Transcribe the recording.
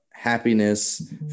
happiness